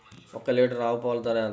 ఒక్క లీటర్ ఆవు పాల ధర ఎంత?